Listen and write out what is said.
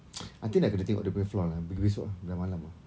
I think nak kena tengok the floor lah pergi besok ah dah malam ah